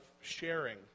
sharing